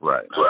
Right